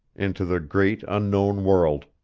into the great unknown world.